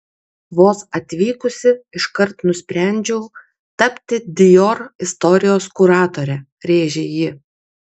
vos atvykusi iškart nusprendžiau tapti dior istorijos kuratore rėžė ji